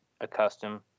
accustomed